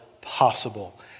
possible